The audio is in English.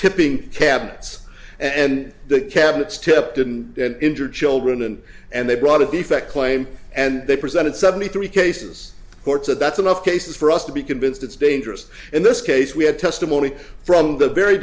tipping cabinets and the cabinets tipped and injured children and and they brought a defect claim and they presented seventy three cases courts and that's enough cases for us to be convinced it's dangerous in this case we have testimony from the very